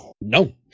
No